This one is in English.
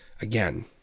Again